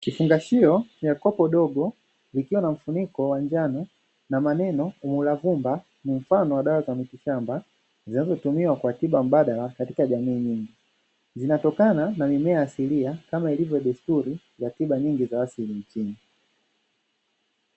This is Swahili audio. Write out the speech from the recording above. Kifungashio cha kopo dogo, likiwa na mfuniko wa njano na maneno umuravumba ni mfano wa dawa za mitishamba zinazotumiwa kwa tiba mbadala katika jamii, zinazokana na mimea asilia kama ilivyo desturi ya tiba nyingi za asili nchini.